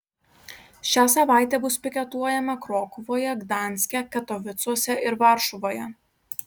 šią savaitę bus piketuojama krokuvoje gdanske katovicuose ir varšuvoje